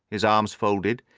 his arms folded,